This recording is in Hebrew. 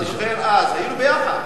אתה זוכר אז, היינו ביחד.